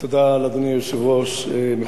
לאדוני היושב-ראש.